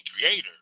creator